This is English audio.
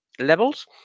levels